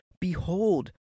behold